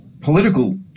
political